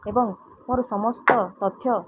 ଏବଂ ମୋର ସମସ୍ତ ତଥ୍ୟ